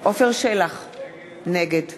עפר שלח, נגד